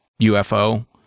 UFO